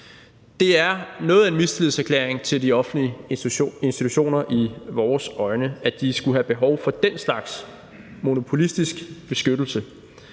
øjne noget af en mistillidserklæring til de offentlige institutioner, at de skulle have behov for den slags monopolistisk beskyttelse.